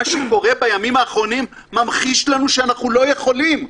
מה שקורה בימים האחרונים ממחיש לנו שאנחנו לא יכולים.